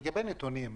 לגבי נתונים.